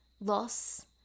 loss